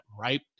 right